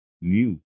new